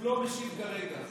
הוא לא משיב כרגע.